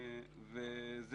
זה